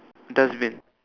dustbin